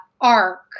arc